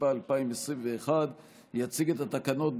התשפ"א 2021. יציג את התקנות,